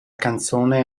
canzone